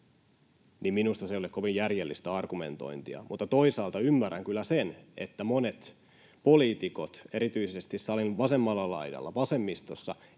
on kyse, siis laittomasti maassa oleskelusta. Toisaalta ymmärrän kyllä sen, että monet poliitikot, erityisesti salin vasemmalla laidalla, vasemmistossa,